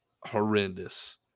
horrendous